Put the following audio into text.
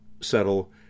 settle